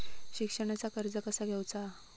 शिक्षणाचा कर्ज कसा घेऊचा हा?